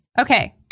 okay